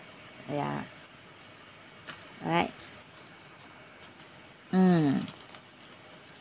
yeah alright mm